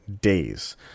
days